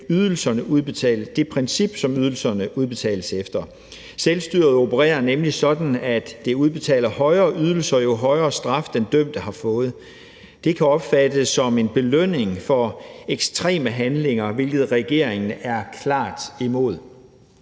er det principielle, altså det princip, som ydelserne udbetales efter. Selvstyret opererer nemlig sådan, at det udbetaler højere ydelser jo højere straf, den dømte har fået. Det kan opfattes som en belønning for ekstreme handlinger, hvilket regeringen er klart imod.